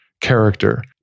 character